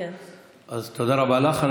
אז תודה רבה לך.